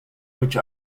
which